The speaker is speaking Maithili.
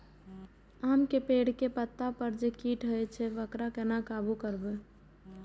आम के पेड़ के पत्ता पर जे कीट होय छे वकरा केना काबू करबे?